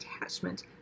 attachment